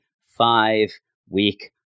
five-week